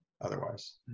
otherwise